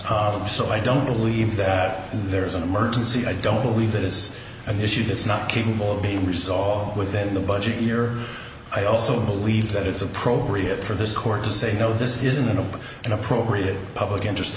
so i don't believe that there is an emergency i don't believe that is an issue that's not capable of being resolved within the budget year i also believe that it's appropriate for this court to say no this isn't an open and appropriate public interest